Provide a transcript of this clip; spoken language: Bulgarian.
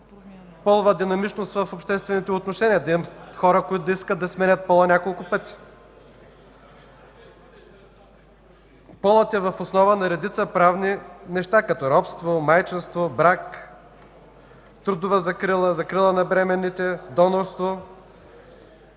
полова динамичност в обществените отношения – да има хора, които да искат да си сменят пола няколко пъти. Полът е в основа на редица правни неща – робство, майчинство, брак, трудова закрила, закрила на бременните, донорство.